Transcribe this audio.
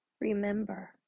Remember